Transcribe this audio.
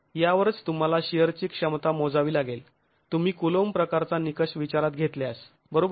यावरच तुम्हाला शिअरची क्षमता मोजावी लागेल तुम्ही कुलोंब प्रकारचा निकष विचारात घेतल्यास बरोबर